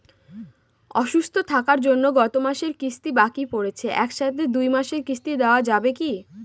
অসুস্থ থাকার জন্য গত মাসের কিস্তি বাকি পরেছে এক সাথে দুই মাসের কিস্তি দেওয়া যাবে কি?